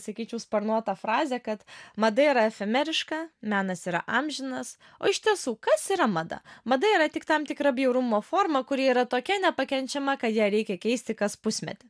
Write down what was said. sakyčiau sparnuota frazė kad mada yra efemeriška menas yra amžinas o iš tiesų kas yra mada mada yra tik tam tikra bjaurumo forma kuri yra tokia nepakenčiama kad ją reikia keisti kas pusmetį